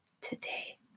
today